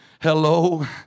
Hello